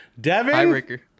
Devin